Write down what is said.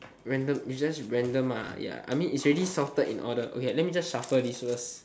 random it's just random ah ya I mean it's already sorted in order okay let me just shuffle these first